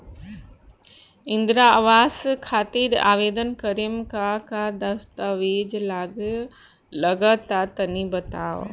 इंद्रा आवास खातिर आवेदन करेम का का दास्तावेज लगा तऽ तनि बता?